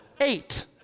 Eight